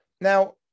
Now